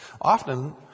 Often